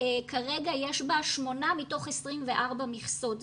כרגע יש בה שמונה מתוך 24 מכסות.